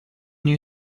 new